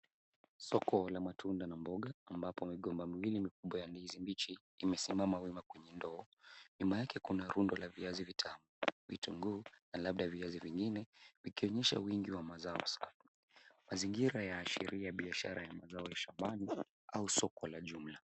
Soko la matunda na mboga ambapo migomba miwili mikubwa ya ndizi mbichi imesimama wima kwenye ndoo. Nyuma yake kuna rundo la viazi vitamu, vitunguu na labda viazi vingine vikionyesha wingi wa mazao masafi. Mazingira yaashiria biashara ya mazao ya shambani au soko la jumla.